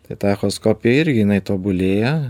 tai ta echoskopija irgi jinai tobulėja